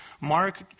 Mark